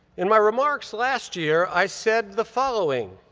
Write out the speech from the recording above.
in my remarks last year, i said the following.